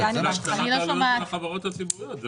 --- לחברות הציבוריות.